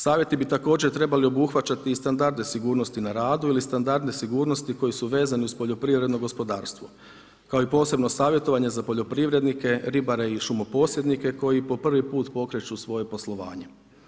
Savjeti bi također trebali obuhvaćati i standarde sigurnosti na radu ili standardne sigurnosti koje su vezane uz poljoprivredno gospodarstvo kao i posebno savjetovanje za poljoprivrednike, ribare i šumoposjednike koji po prvi pokreću svoje poslovanje.